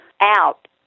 out